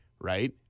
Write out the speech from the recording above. right